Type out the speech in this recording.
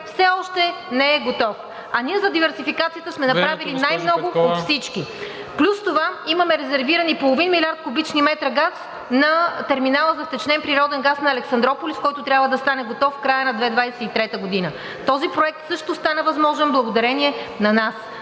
Времето, госпожо Петкова. ТЕМЕНУЖКА ПЕТКОВА: …най-много от всички, плюс това имаме резервирани половин милиард кубични метра газ на терминала за втечнен природен газ на Александруполис, който трябва да стане готов в края на 2023 г. Този проект също стана възможен благодарение на нас.